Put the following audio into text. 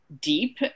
deep